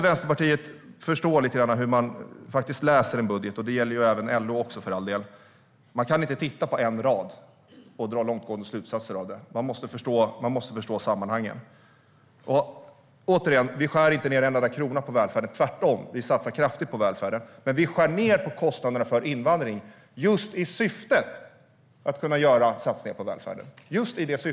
Vänsterpartiet måste förstå hur man faktiskt läser en budget. Det gäller även LO, för all del. Man kan inte titta på en rad och dra långtgående slutsatser av den. Man måste förstå sammanhangen. Jag säger återigen att vi inte skär ned en enda krona på välfärden. Tvärtom satsar vi kraftigt på välfärden. Men vi skär ned på kostnaderna för invandring, just i syfte att kunna göra satsningar på välfärden.